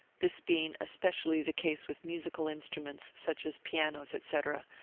this being especially the case with musical instruments, such as pianos, etc,